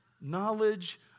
knowledge